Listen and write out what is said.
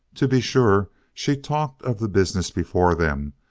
to be sure, she talked of the business before them,